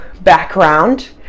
background